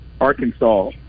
Arkansas